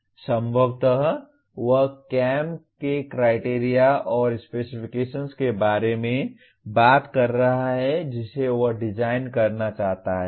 संभवतः वह CAM के क्राइटेरिया और स्पेसिफिकेशन्स के बारे में बात कर रहा है जिसे वह डिजाइन करना चाहता है